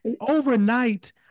overnight